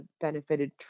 benefited